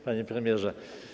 Panie Premierze!